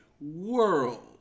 world